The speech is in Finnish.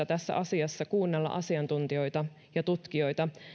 tässä asiassa on tarpeellista kuunnella asiantuntijoita ja tutkijoita